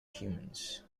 humans